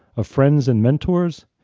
of friends and mentors,